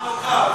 חלוקה,